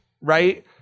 right